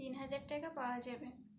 তিন হাজার টাকা পাওয়া যাবে